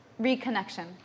reconnection